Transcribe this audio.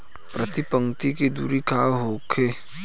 प्रति पंक्ति के दूरी का होखे?